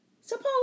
Suppose